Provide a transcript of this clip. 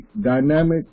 dynamic